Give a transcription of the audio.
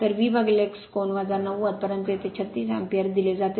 तर VX कोन 90 परंतु येथे 36 अँपिअर दिले जाते